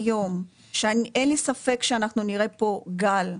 אין לי ספק שאנחנו נראה פה גל.